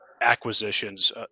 acquisitions